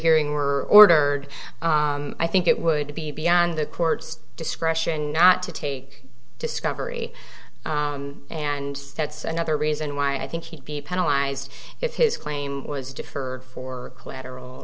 hearing were ordered i think it would be beyond the court's discretion not to take discovery and that's another reason why i think he'd be penalized if his claim was deferred for collateral